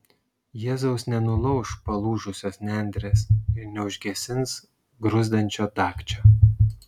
jėzus nenulauš palūžusios nendrės ir neužgesins gruzdančio dagčio